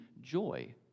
joy